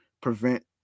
prevent